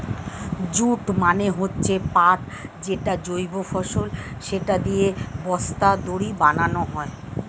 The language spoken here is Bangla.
জুট মানে হচ্ছে পাট যেটা জৈব ফসল, সেটা দিয়ে বস্তা, দড়ি বানানো হয়